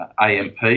AMP